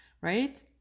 right